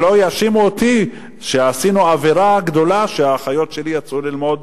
שלא יאשימו אותי שעשינו עבירה גדולה שהאחיות שלי יצאו ללמוד